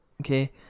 Okay